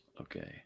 Okay